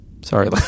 Sorry